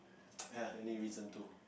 any reason to